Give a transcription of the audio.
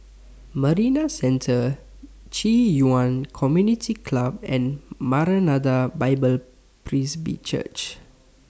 Marina Centre Ci Yuan Community Club and Maranatha Bible Presby Church